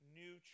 new